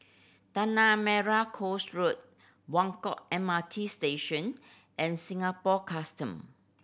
Tanah Merah Coast Road Buangkok M R T Station and Singapore Custom